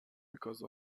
because